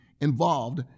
involved